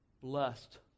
blessed